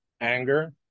anger